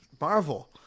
Marvel